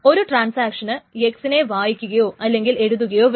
ഒരു transaction x നെ വായിക്കുകയോ അല്ലെങ്കിൽ എഴുതുകയോ വേണം